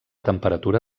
temperatura